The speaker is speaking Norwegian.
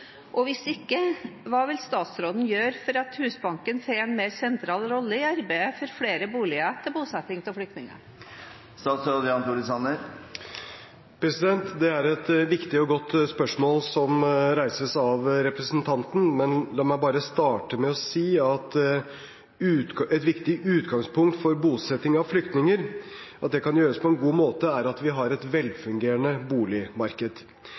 og hvis ikke, hva vil statsråden gjøre for at Husbanken får en mer sentral rolle i arbeidet for flere boliger til bosetting av flyktninger?» Det er et viktig og godt spørsmål som reises av representanten, men la meg bare starte med å si at et viktig utgangspunkt for at bosetting av flyktninger kan gjøres på en god måte, er at vi har et velfungerende boligmarked.